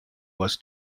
was